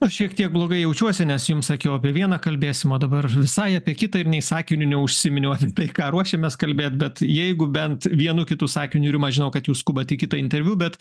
aš šiek tiek blogai jaučiuosi nes jums sakiau apie vieną kalbėsim o dabar visai apie kitą ir nei sakiniu neužsiminiau tai ką ruošiamės kalbėt bet jeigu bent vienu kitu sakiniu rima žinau kad jūs skubat į kitą interviu bet